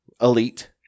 elite